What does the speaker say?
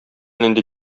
нинди